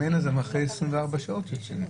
אם אין את זה גם אחרי 24 שעות, יוצאים.